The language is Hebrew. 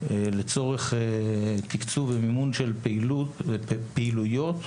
לצורך תיקצוב ומימון של פעילויות,